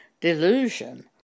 delusion